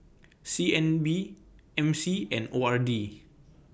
C N B M C and O R D